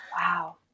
wow